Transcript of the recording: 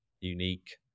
unique